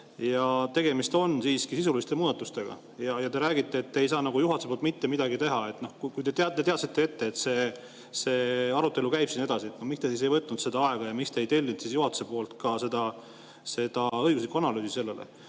Tegemist on siiski sisuliste muudatustega. Te räägite, et te ei saa juhatuse poolt mitte midagi teha. Kui te teadsite ette, et see arutelu käib siin edasi, miks te siis ei võtnud seda aega ja miks te ei tellinud ka juhatuse poolt seda õiguslikku analüüsi? Te